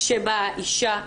כשבאה אישה,